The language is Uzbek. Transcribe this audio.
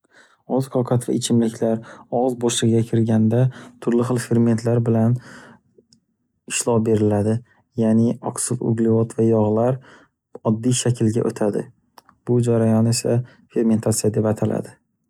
Oziq-oqat va ichimliklar og'iz bo'shligiga kirganda turli xil fermentlar bilan ishlov beriladi, yaʼni oksil uglevod va yog'lar oddiy shaklga o'tadi. Bu jarayon esa fermentatsiya deb ataladi.